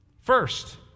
First